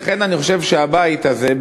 לכן אני חושב שהבית הזה,